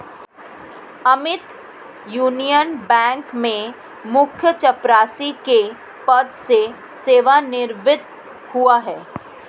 Amit Union Bank में मुख्य चपरासी के पद से सेवानिवृत हुआ है